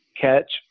catch